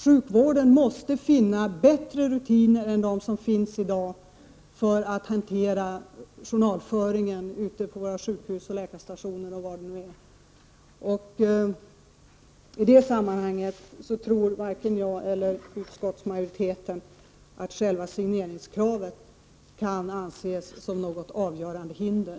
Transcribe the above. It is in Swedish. Sjukvården måste finna bättre rutiner än de som finns i dag för att hantera journalföringen ute på sjukhus, läkarstationer m.m. I det sammanhanget tror varken jag eller utskottsmajoriteten att själva signeringskravet kan anses vara något avgörande hinder.